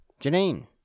Janine